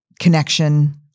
connection